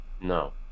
no